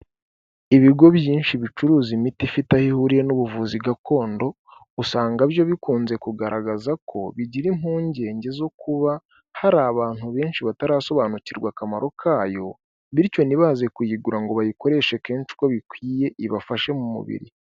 Ibigo byinshi bicuruza imiti ifite aho ihuriye n'ubuvuzi gakondo, usanga byo bikunze kugaragaza ko bigira impungenge zo kuba hari abantu benshi batarasobanukirwa akamaro kayo bityo ntibaze kuyigura ngo bayikoreshe kenshi uko bikwiye ibafashe mu mubiri.